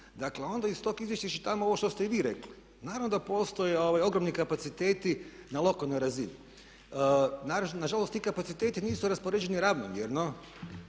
dakle onda iz tog izvješća iščitavamo ovo što ste vi rekli. Naravno da postoje ogromni kapaciteti na lokalnoj razini. Na žalost ti kapaciteti nisu raspoređeni ravnomjerno.